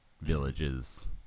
villages